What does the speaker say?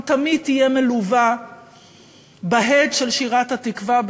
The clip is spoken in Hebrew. תמיד תהיה מלווה בהד של שירת "התקווה"